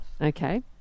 okay